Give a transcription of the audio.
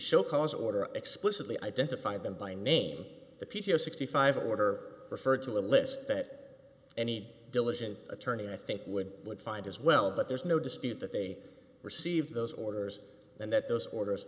show cause order explicitly identify them by name the p c s sixty five order referred to a list that any diligent attorney i think would find as well but there's no dispute that they received those orders and that those orders